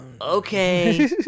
Okay